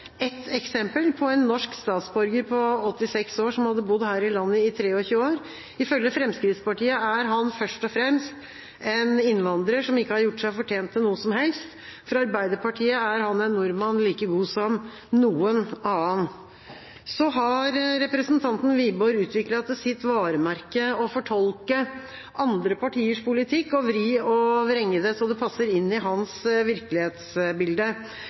et eksempel på en norsk statsborger på 86 år som har bodd her i landet i 23 år. Ifølge Fremskrittspartiet er han først og fremst en innvandrer som ikke har gjort seg fortjent til noe som helst. For Arbeiderpartiet er han en nordmann like god som noen annen. Representanten Wiborg har utviklet til sitt varemerke å fortolke andre partiers politikk og vri og vrenge det slik at det passer inn i hans virkelighetsbilde.